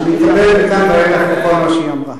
שאני אקבל מכאן ואילך את כל מה שהיא אמרה,